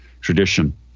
tradition